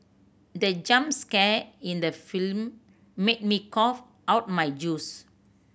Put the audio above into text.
the jump scare in the film made me cough out my juice